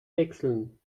wechseln